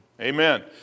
Amen